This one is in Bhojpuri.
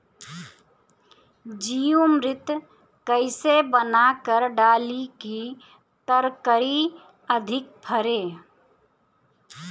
जीवमृत कईसे बनाकर डाली की तरकरी अधिक फरे?